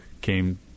came